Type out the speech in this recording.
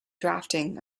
drafting